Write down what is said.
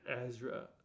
ezra